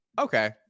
okay